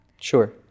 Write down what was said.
Sure